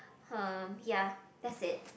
hmm ya that's it